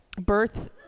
birth